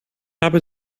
habe